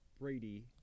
Brady